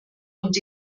und